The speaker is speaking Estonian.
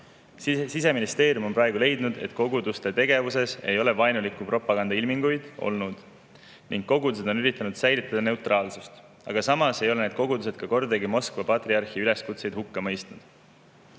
Siseministeerium on praegu leidnud, et koguduste tegevuses ei ole vaenuliku propaganda ilminguid olnud ning kogudused on üritanud säilitada neutraalsust, samas ei ole need kogudused kordagi Moskva patriarhi üleskutseid hukka mõistnud. Arutelust